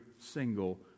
single